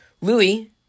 Louis